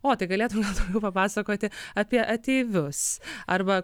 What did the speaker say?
o tai galėtum gal daugiau papasakoti apie ateivius arba